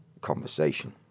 conversation